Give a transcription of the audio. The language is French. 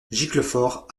giclefort